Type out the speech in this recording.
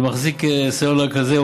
שמחזיק סלולר כזה,